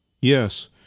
Yes